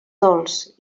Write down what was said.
dolç